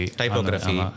typography